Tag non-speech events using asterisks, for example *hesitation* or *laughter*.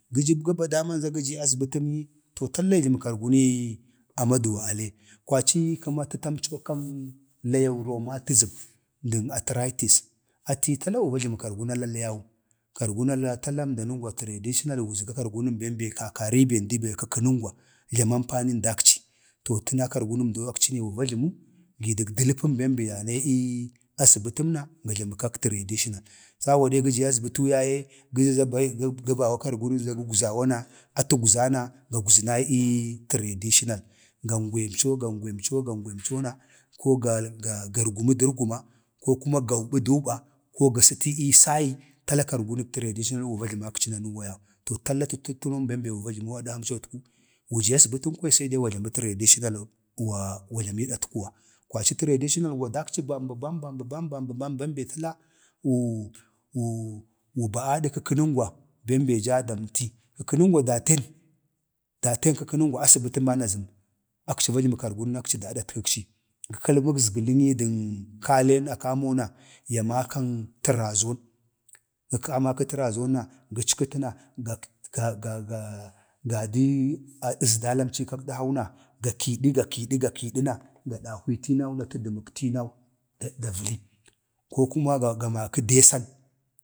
﻿gəba daman gaji azbətəm yaye əmdo tala ajləmən karguna a maduwa *unintelligible* kwaci kəma tətamco kan layau wato roma titam dən atəraistis atəyi tala wa va jləma dən karguna i ela yau, kargunən *unintelligible* kargunanem bem be kakari bendi be kalgənəngwa jlama ampanin dakci to təna ba kargunamdo wa va jlamu, gi dak dələpən bem be ya nee ii asbətəmna ya jləmək kak traditional ko de gə jii azbatuu yaye gəja za gə bawo kargunən za gwazawo na, əta əzgwza na gagwza nai ii traditional, gangwee əmco gangwemco no ko ga gargu mi dərguma, ko kuma gawbi duuba ko ga sə tu ii sayi, tala kargunək traditional wa va jlaməkci nanuuwa yau, to tala tətənən bem be wa vajlamu adhamcotku, wujezbətəm kwaya sede traditional wa wa jlamee kuwa. kwaci traditional wa dakci dəkka bam bə bam bam bəbam bambəbam əmdam bee təna *hesitation* wu wu wuba adək kəkə nəngwa bem be jaa damti, kəkənəngwa daten, daten kəkənəngwa asbətən ban azam akci va jləmə kargunəm akci da adatkakci. gəlalma əzgələ nyi dək kale na a kamo na ya makan tərazon, kə maka təraon na, əmdan əckətəna, amda *hesitation* da dii dəzalam ci kan ədhau na ga kiidi ga kiidi ga kiidi na ga dahwii tinau na tədəmək tinau davəli, kokuma ga makə deesan,